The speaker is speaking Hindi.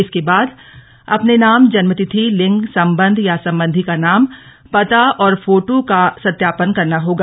इसके बाद अपने नाम जन्मतिथि लिंग संबंध या संबंधी का नाम पता और फोटो का सत्यापन करना होगा